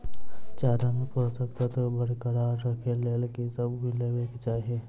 चारा मे पोसक तत्व बरकरार राखै लेल की सब मिलेबाक चाहि?